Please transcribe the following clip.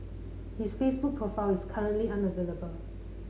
his Facebook profile is currently unavailable